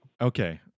Okay